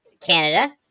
Canada